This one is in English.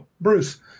Bruce